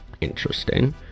Interesting